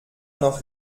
noch